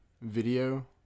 video